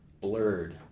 blurred